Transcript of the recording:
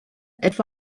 etwa